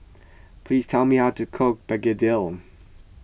please tell me how to cook Begedil